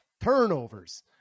turnovers